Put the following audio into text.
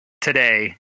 today